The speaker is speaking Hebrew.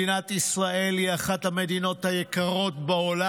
מדינת ישראל היא אחת המדינות היקרות בעולם.